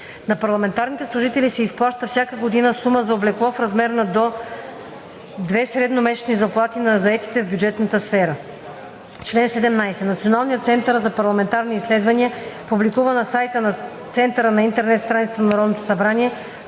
На парламентарните служители се изплаща всяка година сума за облекло в размер до две средномесечни заплати на заетите в бюджетната сфера. Чл. 17. Националният център за парламентарни изследвания публикува на сайта на центъра на интернет страницата на Народното събрание